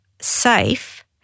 safe